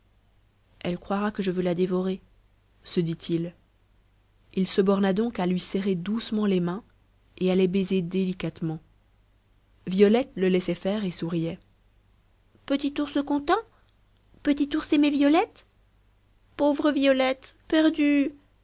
elle croit que je veux la dévorer se dit-il il se borna donc à lui serrer doucement les mains et à les baiser délicatement violette le laissait faire et souriait petit ours content petit ours aimer violette pauvre violette perdue